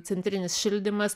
centrinis šildymas